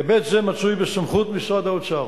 היבט זה מצוי בסמכות משרד האוצר.